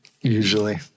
usually